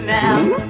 now